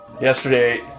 Yesterday